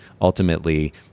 ultimately